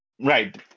right